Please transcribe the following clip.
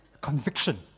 Conviction